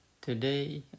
today